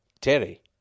Terry